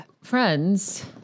friends